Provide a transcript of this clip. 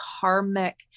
karmic